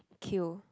kill